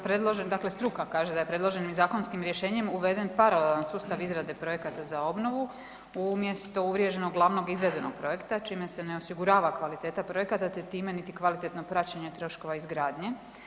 Predloženim, dakle struka kaže da je predloženim zakonskim rješenjem uveden paralelan sustav izrade projekata za obnovu umjesto uvriježenog glavnog izvedenog projekta čime se ne osigurava kvaliteta projekata, te time niti kvalitetna praćenja troškova izgradnje.